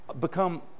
become